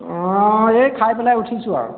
অঁ এই খাই পেলাই উঠিছোঁ আৰু